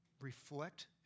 reflect